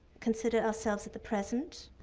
consider ourselves at the present,